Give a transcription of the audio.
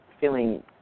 feeling